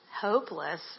hopeless